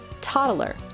toddler